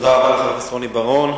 תודה רבה לחבר הכנסת רוני בר-און.